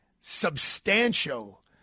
substantial